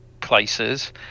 places